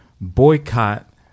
boycott